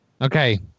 Okay